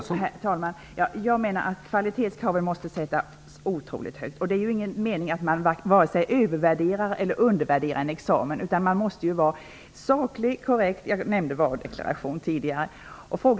Herr talman! Jag menar att kvalitetskraven måste sättas otroligt högt. Det är ingen mening att man vare sig övervärderar eller undervärderar en examen. Man måste vara saklig och korrekt. Jag nämnde varudeklaration tidigare.